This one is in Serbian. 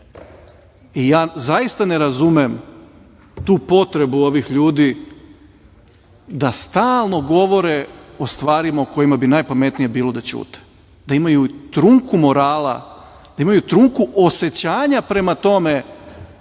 promenilo. Zaista ne razumem tu potrebu ovih ljudi da stalno govore o stvarima o kojima bi najpametnije bilo da ćute, da imaju trunku morala, da imaju trunku osećanja prema tome